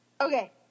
Okay